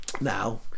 now